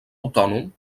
autònom